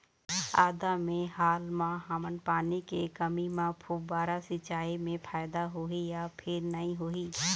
आदा मे हाल मा हमन पानी के कमी म फुब्बारा सिचाई मे फायदा होही या फिर नई होही?